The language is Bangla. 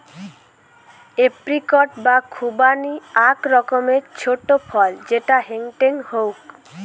এপ্রিকট বা খুবানি আক রকমের ছোট ফল যেটা হেংটেং হউক